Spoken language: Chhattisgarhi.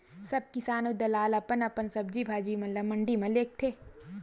सब किसान अऊ दलाल अपन अपन सब्जी भाजी म ल मंडी म लेगथे